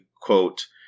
quote